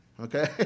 Okay